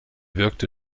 wirkte